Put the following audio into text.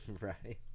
right